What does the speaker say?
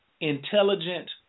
intelligent